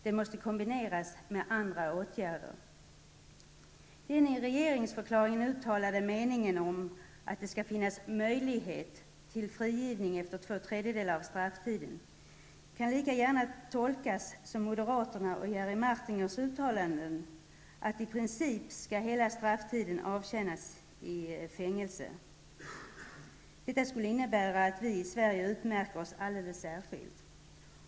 Det måste kombineras med andra åtgärder. Den i regeringsförklaringen uttalade meningen att det skall finnas möjlighet till frigivning efter två tredjedelar av strafftiden kan lika gärna tolkas som i linje med moderaternas och Jerry Martingers uttalanden om att i princip hela strafftiden skall avtjänas i fängelse. Detta skulle innebära att vi i Sverige utmärker oss alldeles särskilt.